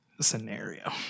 scenario